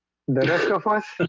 the rest of us